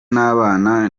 n’abana